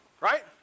right